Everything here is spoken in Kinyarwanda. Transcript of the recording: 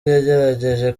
yagerageje